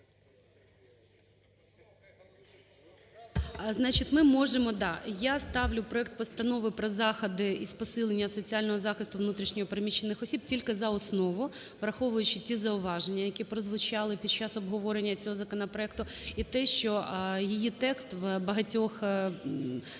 Я ставлю проект Постанови про заходи із посилення соціального захисту внутрішньо переміщених осіб тільки за основу, враховуючи ті зауваження, які прозвучали під час обговорення цього законопроекту, і те, що її текст в багатьох новелах